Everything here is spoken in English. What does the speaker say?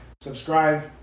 subscribe